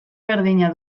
berdina